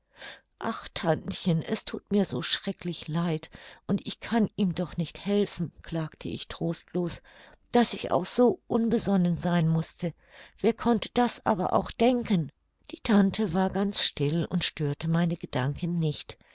ach tantchen er thut mir so schrecklich leid und ich kann ihm doch nicht helfen klagte ich trostlos daß ich auch so unbesonnen sein mußte wer konnte das aber auch denken die tante war ganz still und störte meine gedanken nicht